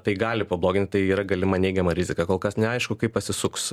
tai gali pablogint tai yra galima neigiama rizika kol kas neaišku kaip pasisuks